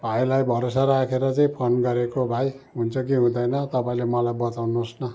भाइलाई भरोसा राखेर चाहिँ फोन गरेको भाइ हुन्छ कि हुँदैन तपाईँले मलाई बताउनु होस् न